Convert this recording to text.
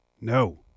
No